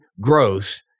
growth